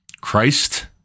Christ